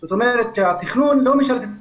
זאת אומרת שהתכנון לא משרת את החינוך.